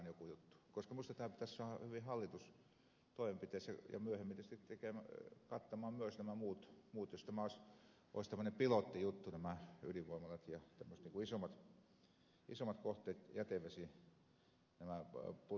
minusta tämä pitäisi saada hyvin hallituksi toimenpiteeksi ja myöhemmin tietysti kattamaan myös nämä muut jos olisi tämmöinen pilottijuttu nämä ydinvoimalat ja tämmöiset isommat kohteet jätevesiputsaamot